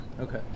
Okay